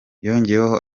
yongeyeho